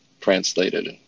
translated